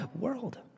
world